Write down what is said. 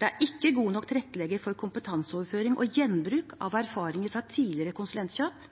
Det er ikke godt nok tilrettelagt for kompetanseoverføring og gjenbruk av erfaringer fra tidligere konsulentkjøp.